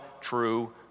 true